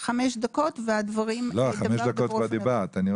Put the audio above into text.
חמש דקות והדברים דבר דבור על אופניו.